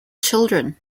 children